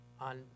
on